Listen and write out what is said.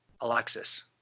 Alexis